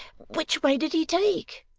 which way did he take